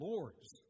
Lord's